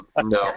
No